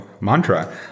mantra